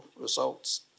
results